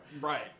Right